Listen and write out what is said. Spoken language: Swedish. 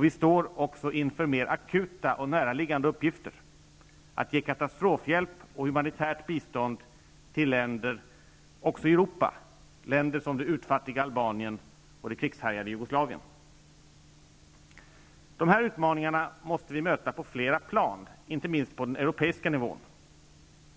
Vi står också inför mera akuta och näraliggande uppgifter -- att ge katastrofhjälp och humanitärt bistånd till länder också i Europa, länder som det utfattiga Albanien och det krigshärjade De här utmaningarna måste vi möta på flera plan, inte minst på den europeiska nivån.